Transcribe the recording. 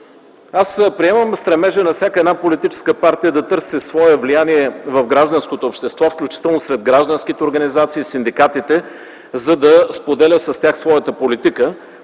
Аз приемам стремежа на всяка една политическа партия да търси свое влияние в гражданското общество, включително сред гражданските организации, синдикатите, за да споделя с тях своята политика,